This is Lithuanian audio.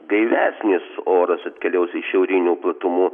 gaivesnis oras atkeliaus iš šiaurinių platumų